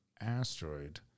Asteroid